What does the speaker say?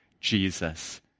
jesus